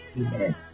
Amen